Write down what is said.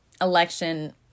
election